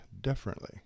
differently